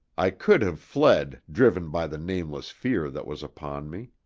i could have fled, driven by the nameless fear that was upon me.